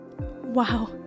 Wow